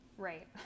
Right